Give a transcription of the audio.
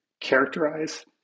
characterize